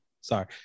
Sorry